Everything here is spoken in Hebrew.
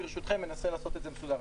ברשותכם, אני אנסה לעשות את זה מסודר.